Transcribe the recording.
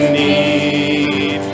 need